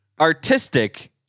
Artistic